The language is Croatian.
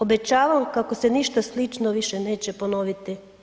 Obećavam kako se ništa slično više neće ponoviti.